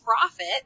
profit